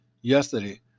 yesterday